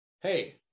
hey